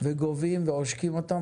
וגובים ועושקים אותם.